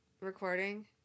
recording